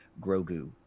grogu